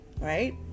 Right